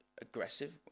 aggressive